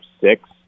six